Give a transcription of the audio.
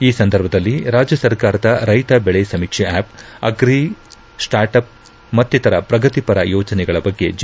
ಈ ಸಂದರ್ಭದಲ್ಲಿ ರಾಜ್ಯ ಸರ್ಕಾರದ ರೈತ ಬೆಳಿ ಸಮೀಕ್ಷೆ ಆಪ್ ಅಗ್ರಿ ಸ್ವಾರ್ಟ್ಅಪ್ ಮತ್ತಿತರ ಪ್ರಗತಿಪರ ಯೋಜನೆಗಳ ಬಗ್ಗೆ ಜೆ